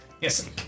Yes